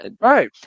Right